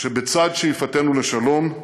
שבצד שאיפתנו לשלום,